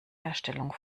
herstellung